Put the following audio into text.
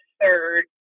third